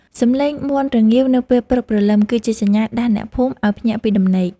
សំឡេងមាន់រងាវនៅពេលព្រឹកព្រលឹម គឺជាសញ្ញាដាស់អ្នកភូមិឱ្យភ្ញាក់ពីដំណេក។